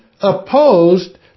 opposed